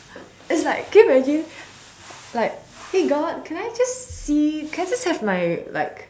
it's like can you imagine like hey god can I just see can I just have my like